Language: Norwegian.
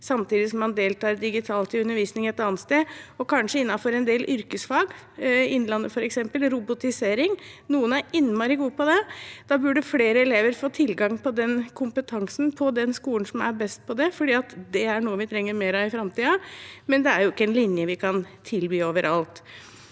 samtidig som de deltar digitalt i undervisning et annet sted, kanskje innenfor en del yrkesfag, f.eks. robotisering i Innlandet. Noen er innmari gode på det. Flere elever burde få tilgang til kompetansen på den skolen som er best på det, for dette er noe vi trenger mer av i framtiden, men det er ikke en linje vi kan tilby overalt.